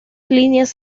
líneas